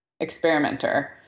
experimenter